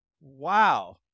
Wow